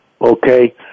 okay